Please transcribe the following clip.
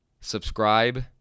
Subscribe